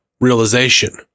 realization